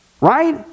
Right